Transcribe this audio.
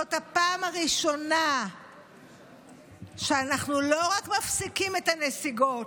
זאת הפעם הראשונה שאנחנו לא רק מפסיקים את הנסיגות,